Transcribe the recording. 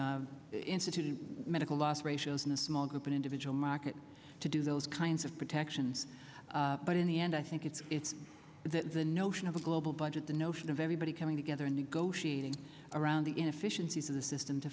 instituted medical loss ratios in a small group an individual market to do those kinds of protections but in the end i think it's it's that the notion of a global budget the notion of everybody coming together negotiating around the inefficiencies of the system to